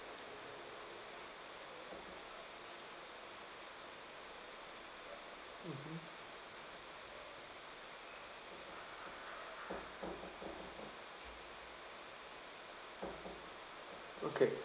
mmhmm okay